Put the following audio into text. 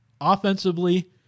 offensively